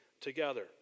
together